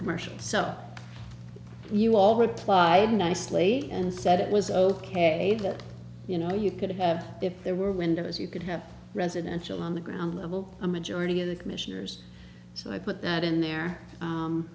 commercial so you all replied nicely and said it was ok that you know you could have if there were windows you could have residential on the ground level a majority of the commissioners so i put that in there